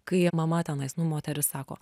kai mama tenais nu moteris sako